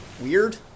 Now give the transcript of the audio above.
weird